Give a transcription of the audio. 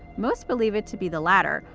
most believe it to be the latter,